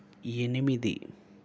ఎనిమిది